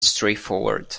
straightforward